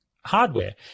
hardware